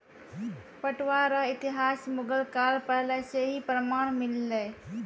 पटुआ रो इतिहास मुगल काल पहले से ही प्रमान मिललै